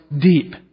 deep